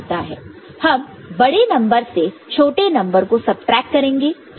हम बड़े नंबर से छोटे नंबर को सबट्रैक्ट करेंगे